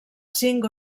cinc